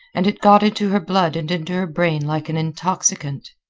and it got into her blood and into her brain like an intoxicant.